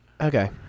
okay